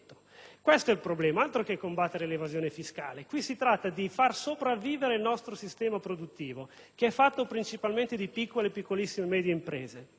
Questo è il problema, altro che combattere l'evasione fiscale! Qui si tratta di far sopravvivere il nostro sistema produttivo, che è fatto principalmente di piccolissime, piccole e medie imprese.